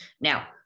Now